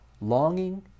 longing